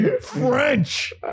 French